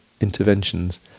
interventions